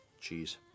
Cheese